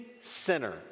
sinner